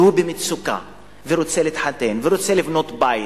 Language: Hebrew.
שהוא במצוקה ורוצה להתחתן ורוצה לבנות בית,